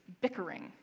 bickering